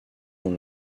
dans